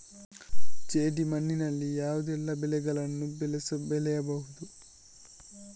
ಜೇಡಿ ಮಣ್ಣಿನಲ್ಲಿ ಯಾವುದೆಲ್ಲ ಬೆಳೆಗಳನ್ನು ಬೆಳೆಯಬಹುದು?